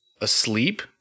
asleep